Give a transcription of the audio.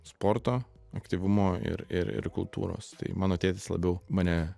sporto aktyvumo ir ir ir kultūros tai mano tėtis labiau mane